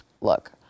Look